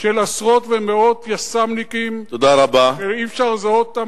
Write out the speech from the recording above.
של עשרות ומאות יס"מניקים שאי-אפשר לזהות אותם,